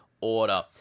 Order